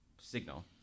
signal